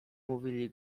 mówili